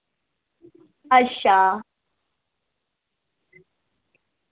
अच्छा